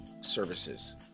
services